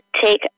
take